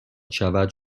شود